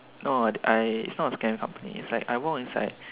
no I it's not a scamming company it's like I walk inside